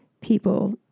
people